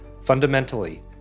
Fundamentally